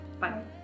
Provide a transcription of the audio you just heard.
bye